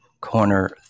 corner